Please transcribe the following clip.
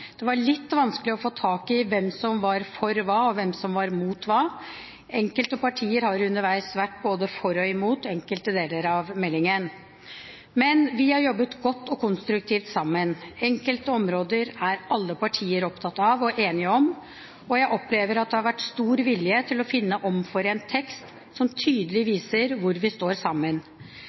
Det var litt vanskelig å få tak i hvem som var for hva, og hvem som var mot hva. Enkelte partier har underveis vært både for og i mot enkelte deler av meldingen, men vi har jobbet godt og konstruktivt sammen. Enkelte områder er alle partier opptatt av og enige om, og jeg opplever at det har vært stor vilje til å finne omforent tekst som tydelig viser hvor vi står sammen.